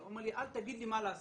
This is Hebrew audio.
הוא אמר לי: אל תגיד לי מה לעשות.